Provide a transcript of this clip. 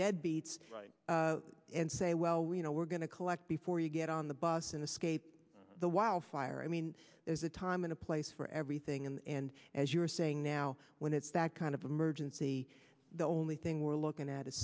deadbeats and say well we know we're going to collect before you get on the bus in the scaped the wildfire i mean there's a time in a place for everything and and as you're saying now when it's that kind of emergency the only thing we're looking at is